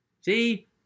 see